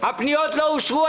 הפניות לא אושרו.